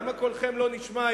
למה קולכם לא נשמע,